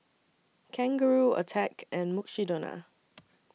Kangaroo Attack and Mukshidonna